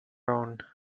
own